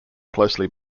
closely